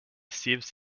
sieves